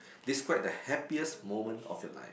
describe the happiest moment of your life